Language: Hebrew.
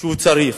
שהוא צריך.